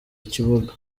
ikibuga